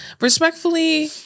respectfully